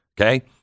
Okay